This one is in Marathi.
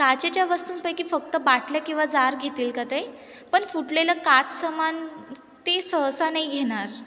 काचेच्या वस्तूंपैकी फक्त बाटल्या किंवा जार घेतील का ते पण फुटलेलं काच सामान ते सहसा नाही घेणार